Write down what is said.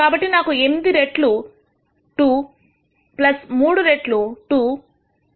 కాబట్టి నాకు 8 రెట్లు 23 రెట్లు 2 5